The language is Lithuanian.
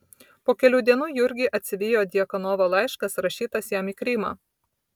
po kelių dienų jurgį atsivijo djakonovo laiškas rašytas jam į krymą